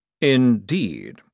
Indeed